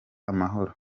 amahoro